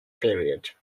period